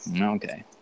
Okay